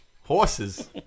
Horses